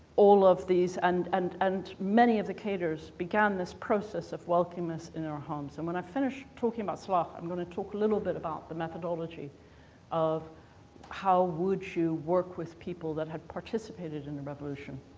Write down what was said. all of these and, and and many of the cadres began this process of welcome us in our homes. and when i finish talking about salah i'm going to talk a little bit about the methodology of how would you work with people that had participated in the revolution,